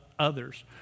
Others